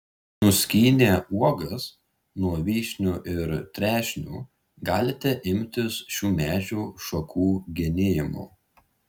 nuskynę uogas nuo vyšnių ir trešnių galite imtis šių medžių šakų genėjimo